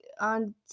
On